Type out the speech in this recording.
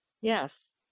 Yes